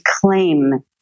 claim